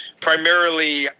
primarily